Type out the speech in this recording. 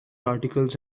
articles